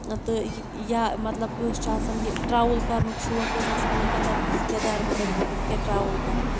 تہٕ یا مطلب کٲنٛسہِ چھُ آسان یہِ ٹرٛاوٕل کَرنُک شوق اوس آسان لُکَن دَپَن ٲسۍ یہِ کیٛاہ دَربٕدر گوٚمُت یہِ کیٛاہ ٹرٛاوٕل کَران